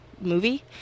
movie